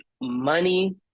money